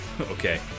Okay